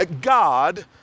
God